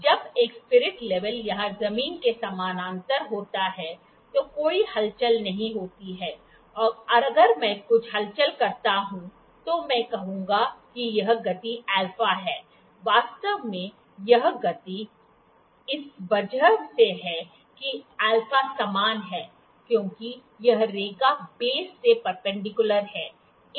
जब एक spirit level यहां जमीन के समानांतर होता है तो कोई हलचल नहीं होती है और अगर मैं कुछ हलचल करता हूं तो मैं कहूंगा कि यह गति α है वास्तव में यह गति इस वजह से है कि α समान है क्योंकि यह रेखा बेस से परपेंडिकुलर है